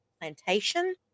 plantation